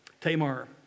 Tamar